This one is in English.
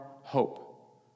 hope